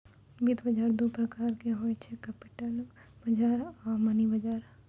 वित्त बजार दु प्रकारो के होय छै, कैपिटल बजार आरु मनी बजार